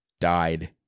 died